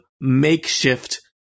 makeshift